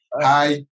hi